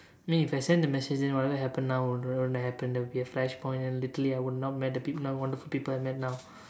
mean if I send the message then whatever happen now won't happen there will be a flash point and literally I would not met the people the wonderful people I met now